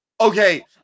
Okay